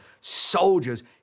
soldiers